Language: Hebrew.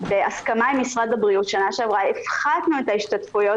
בהסכמה עם משרד הבריאות בשנה שעברה הפחתנו את ההשתתפויות